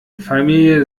familie